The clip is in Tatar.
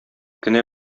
кенә